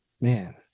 Man